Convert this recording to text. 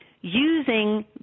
using